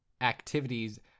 activities